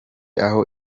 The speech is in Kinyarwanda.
aho